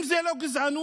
אם זו לא גזענות,